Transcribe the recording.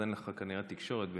אז אין כנראה תקשורת ביניכם.